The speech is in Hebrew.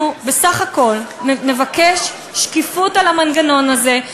בסך הכול נבקש שקיפות של המנגנון הזה,